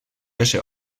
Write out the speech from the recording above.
wäsche